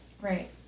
Right